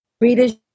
Readers